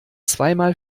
zweimal